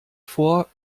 vor